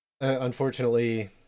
Unfortunately